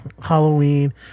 Halloween